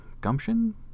gumption